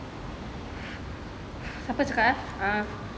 siapa cakap eh uh